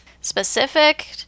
specific